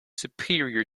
superior